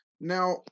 Now